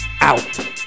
Out